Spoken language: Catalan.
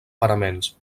paraments